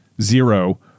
zero